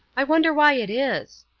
i wonder why it is?